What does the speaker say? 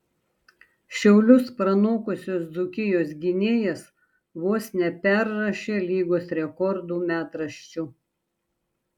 šiaulius pranokusios dzūkijos gynėjas vos neperrašė lygos rekordų metraščių